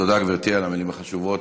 תודה, גברתי, על המילים החשובות.